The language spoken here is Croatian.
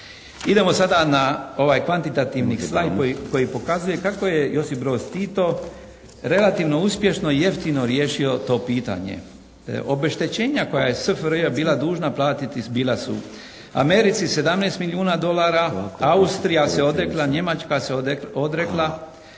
Idemo sada na ovaj kvantitativni slajd koji pokazuje kako je Josip Broz Tito relativno uspješno i jeftino riješio to pitanje. Obeštećenja koja je SFRJ bila dužna platiti bila su Americi 17 milijuna dolara, Austrija se odrekla, Njemačka se odrekla.